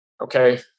okay